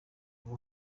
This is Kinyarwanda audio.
rwo